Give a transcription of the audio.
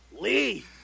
Lee